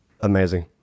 Amazing